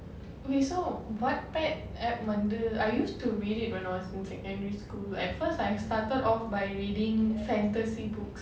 okay so Wattpad app வந்து:vandhu I used to read it when I was in secondary school at first I started off by reading fantasy books